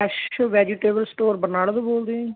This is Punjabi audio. ਫਰੈਸ਼ ਵੈਜੀਟੇਬਲ ਸਟੋਰ ਬਰਨਾਲਾ ਤੋਂ ਬੋਲਦੇ ਹੋ ਜੀ